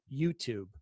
YouTube